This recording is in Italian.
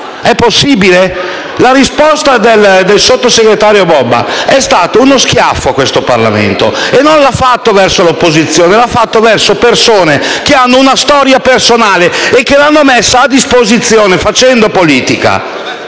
Sottosegretario? La risposta del sottosegretario è stata uno schiaffo a questo Parlamento e non l'ha fatto verso l'opposizione, ma verso persone che hanno una storia personale che hanno messo a disposizione facendo politica.